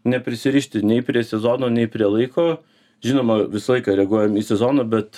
neprisirišti nei prie sezono nei prie laiko žinoma visą laiką reaguojam į sezoną bet